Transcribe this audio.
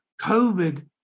COVID